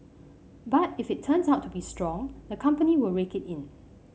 but if it turns out to be strong the company will rake it in